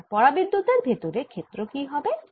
এবার পরাবিদ্যুতের ভেতরে ক্ষেত্র কি হবে